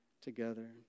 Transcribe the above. together